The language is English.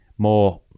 More